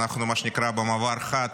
אנחנו מה שנקרא במעבר חד,